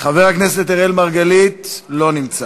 חבר הכנסת אראל מרגלית, לא נמצא,